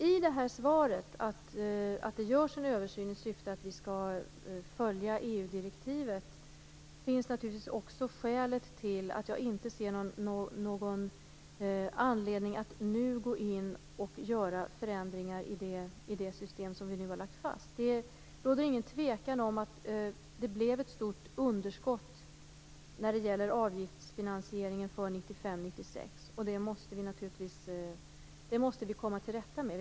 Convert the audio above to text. I svaret, dvs. att det görs en översyn i syfte att vi skall följa EU-direktivet, finns också skälet till att jag inte ser någon anledning att nu gå in och göra förändringar i det system som vi har lagt fast. Det råder ingen tvekan om att det blev ett stort underskott när det gäller avgiftsfinansieringen för 1995/96. Det måste vi komma till rätta med.